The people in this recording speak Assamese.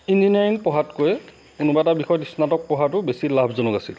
ইঞ্জিনিয়াৰিং পঢ়াতকৈ কোনোবা এটা বিষয়ত স্নাতক পঢ়াটো বেছি লাভজনক আছিল